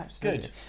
Good